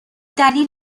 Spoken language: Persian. دلیل